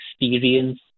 experience